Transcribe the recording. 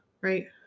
Right